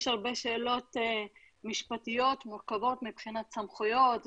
יש הרבה שאלות משפטיות מורכבות מבחינת סמכויות,